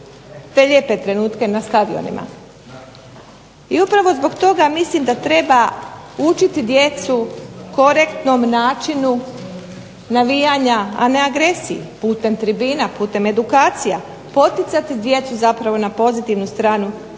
te lijepe trenutke na stadionima. I upravo zbog toga mislim da treba učiti djecu korektnom načinu navijanja, a ne agresiji, putem tribina, putem edukacija, poticati djecu zapravo na pozitivnu stranu